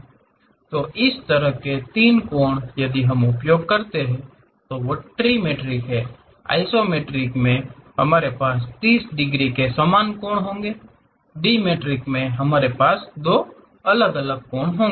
तो इस तरह के तीन कोण यदि हम उपयोग करते हैं तो ट्रिमेट्रिक आइसोमेट्रिक में हम 30 डिग्री के समान कोण होंगे डिमेट्रिक में हमारे पास दो अलग अलग कोण होंगे